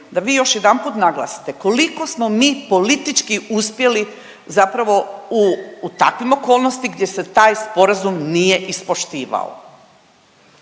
da vi još jedanput naglasite koliko smo mi politički uspjeli zapravo u, u takvim okolnosti gdje se taj sporazum nije ispoštivao.